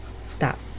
Stop